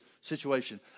situation